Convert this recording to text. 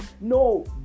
no